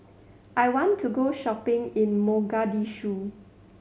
I want to go shopping in Mogadishu